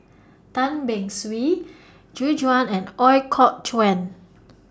Tan Beng Swee Gu Juan and Ooi Kok Chuen